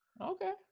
Okay